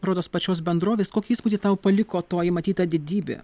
rodos pačios bendrovės kokį įspūdį tau paliko toji matyta didybė